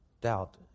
doubt